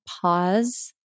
pause